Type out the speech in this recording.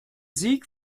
sieg